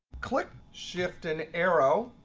click shift and arrow